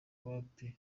wapi